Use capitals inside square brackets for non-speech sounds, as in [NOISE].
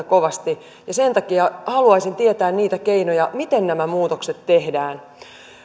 [UNINTELLIGIBLE] kovasti ja sen takia haluaisin tietää niitä keinoja miten nämä muutokset tehdään